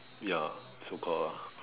ya so call lah